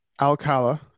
Alcala